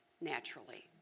naturally